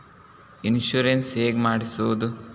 Insurance ಹೇಗೆ ಮಾಡಿಸುವುದು?